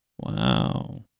wow